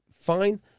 fine